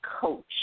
coach